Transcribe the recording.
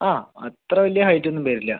ആ അത്ര വലിയ ഹൈറ്റ് ഒന്നും വരില്ല